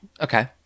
Okay